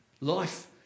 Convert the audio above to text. Life